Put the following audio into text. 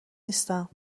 نیستم